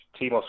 Timo